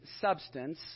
substance